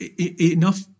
enough